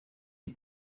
die